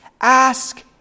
ask